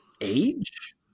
age